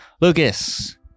Lucas